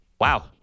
Wow